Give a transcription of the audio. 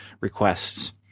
requests